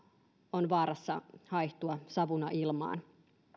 on vaarassa haihtua savuna ilmaan